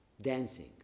dancing